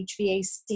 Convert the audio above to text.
HVAC